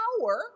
power